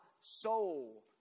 soul